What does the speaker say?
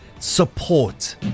support